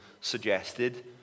suggested